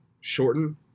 shorten